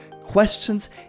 questions